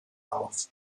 auf